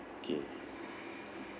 okay